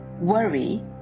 worry